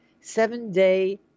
seven-day